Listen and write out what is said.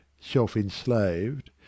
self-enslaved